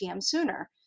sooner